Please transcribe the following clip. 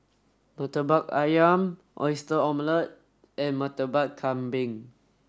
Murtabak Ayam Oyster Omelette and Murtabak Kambing